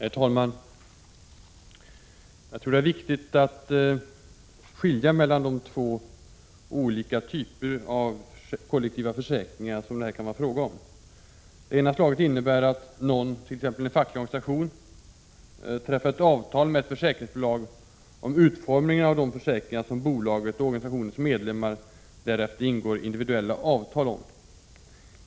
Herr talman! Det är viktigt att skilja mellan de två olika typer av kollektiva försäkringar som det här kan vara fråga om. Det ena slaget innebär att någon, t.ex. en facklig organisation, träffar ett avtal med ett försäkringsbolag om utformningen av de försäkringar, om vilka bolaget och organisationens medlemmar därefter ingår individuella avtal.